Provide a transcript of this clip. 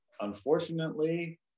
Unfortunately